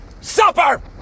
Supper